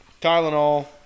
Tylenol